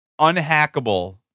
unhackable